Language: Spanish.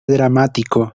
dramático